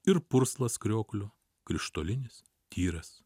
ir purslas krioklio krištolinis tyras